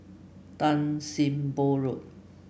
Tan Sim Boh Road